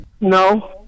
No